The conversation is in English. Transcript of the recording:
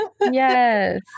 Yes